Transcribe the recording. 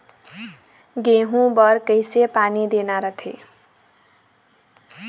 गेहूं बर कइसे पानी देना रथे?